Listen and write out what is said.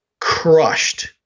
crushed